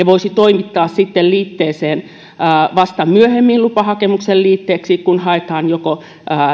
voisi toimittaa sitten vasta myöhemmin lupahakemuksen liitteeksi kun haetaan joko